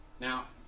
Now